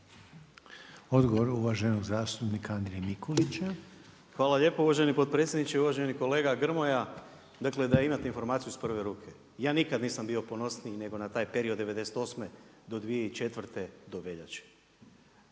Odgovor uvaženog zastupnika Andrije Mikulića. **Mikulić, Andrija (HDZ)** Hvala lijepo uvaženi potpredsjedniče. Uvaženi kolega Grmoja, dakle da imate informaciju iz prve ruke. Ja nikad nisam bio ponosniji nego na taj period od '98. do 2004. do veljače.